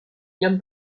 lloc